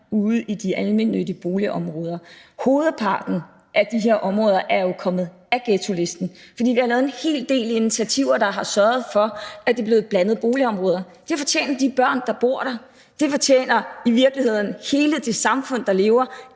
ude i de almennyttige boligområder. Hovedparten af de her områder er jo kommet af ghettolisten, fordi vi har lavet en hel del initiativer, der har sørget for, at det er blevet blandede boligområder. Det fortjener de børn, der bor der. Det fortjener i virkeligheden hele det samfund, der er,